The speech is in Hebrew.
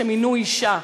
שמינו אישה.